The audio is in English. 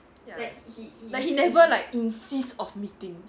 like he never like insist of meeting